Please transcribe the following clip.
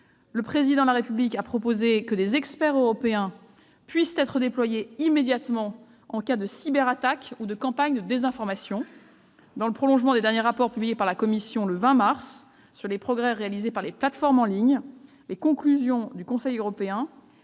Le Président de la République a ainsi proposé que des experts européens puissent être déployés immédiatement en cas de cyberattaques ou de campagnes de désinformation. Dans le prolongement des derniers rapports publiés par la Commission, le 20 mars, sur les progrès réalisés par les plateformes en ligne, les conclusions du Conseil européen